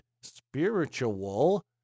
spiritual